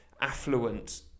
affluent